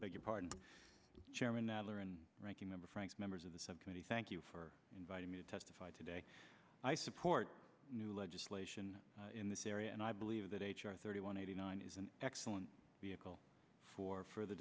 adler and ranking member frank members of the subcommittee thank you for inviting me to testify today i support new legislation in this area and i believe that h r thirty one eighty nine is an excellent vehicle for furthe